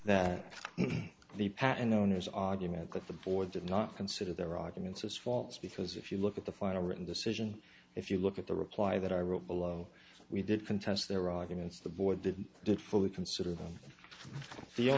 that the patent owners argument that the board did not consider their arguments as false because if you look at the final written decision if you look at the reply that i wrote below we did contest their arguments the boy did i did fully consider them f